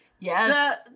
Yes